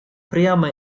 прямо